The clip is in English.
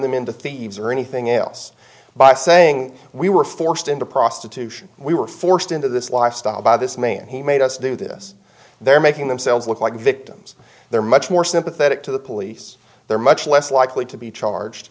them into thieves or anything else by saying we were forced into prostitution we were forced into this lifestyle by this man who made us do this they're making themselves look like victims they're much more sympathetic to the police they're much less likely to be charged